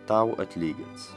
tau atlygins